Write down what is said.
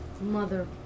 mother